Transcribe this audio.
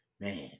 Man